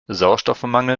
sauerstoffmangel